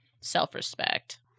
self-respect